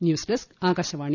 news desk Akashvani